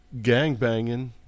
gangbanging